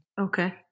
Okay